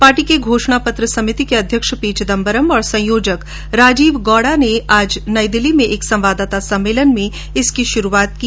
party की घोषणा पत्र समिति की अध्यक्ष पी चिदम्बरम और संयोजक राजीव गोड़ा ने आज नई दिल्ली में एक संवाददाता सम्मेलन में इसकी शुरूआत की